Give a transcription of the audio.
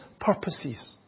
purposes